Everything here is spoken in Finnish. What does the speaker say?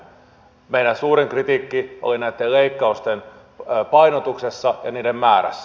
meidän suurin kritiikkimme oli näitten leikkausten painotuksessa ja niiden määrässä